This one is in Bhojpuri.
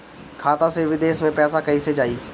खाता से विदेश मे पैसा कईसे जाई?